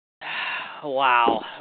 Wow